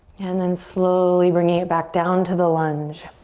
and then slowly bringing it back down to the lunge.